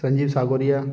Sanjeev Sagoria